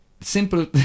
Simple